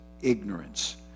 ignorance